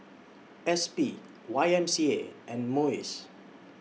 S P Y M C A and Muis